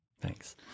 Thanks